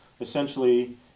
essentially